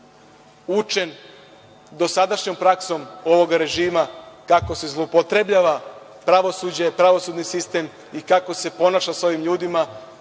učen dosadašnjom praksom ovoga režima kako se zloupotrebljava pravosuđe, pravosudni sistem i kako se ponaša sa ovim ljudima,